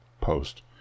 post